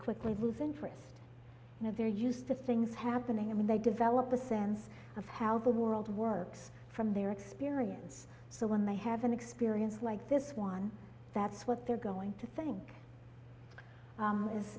quickly lose interest in of their use the things happening and they develop a sense of how the world works from their experience so when they have an experience like this one that's what they're going to think this